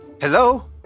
Hello